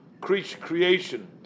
creation